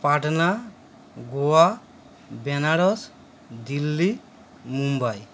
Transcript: Patna Goa Benares Delhi Mumbai